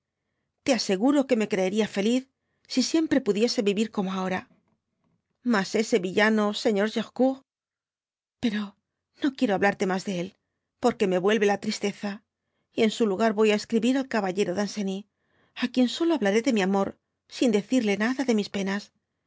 te aseguro qiie me creería feliz si siempre pudiese vivir como ahora mas ese dby google tíllano señor gercourt pero no quiero hablarte mas de él porque me vuelve la tristeza y en su lugar voy á escribir al caballero danceny á quien solo hablaré de mi amor sin decirle nada de mis pens